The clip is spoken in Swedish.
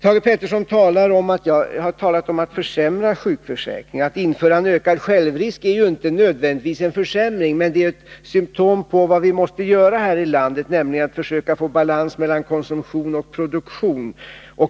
Thage Peterson säger att jag talat om att försämra sjukförsäkringen. Att införa en ökad självrisk är ju inte nödvändigtvis en försämring, men det är ett symtom på vad vi måste göra i det här landet, nämligen att försöka få balans mellan konsumtion och produktion.